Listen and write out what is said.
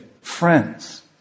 friends